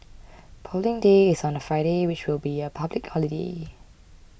Polling Day is on a Friday which will be a public holiday